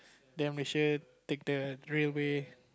then Malaysia take the railway